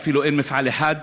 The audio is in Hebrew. אין אפילו מפעל אחד.